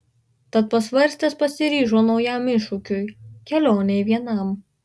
tad pasvarstęs pasiryžo naujam iššūkiui kelionei vienam